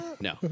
no